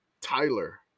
Tyler